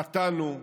חטאנו,